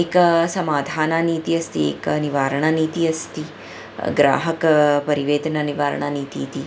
एकं समाधाननीतिः अस्ति एकं निवारणनीतिः अस्ति ग्राहकपरिवेदना निवारणा नीतिः इति